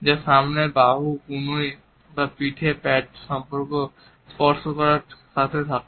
যা সামনের বাহু কনুই বা পিঠে প্যাট স্পর্শ করার সাথে থাকে